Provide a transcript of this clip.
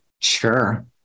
Sure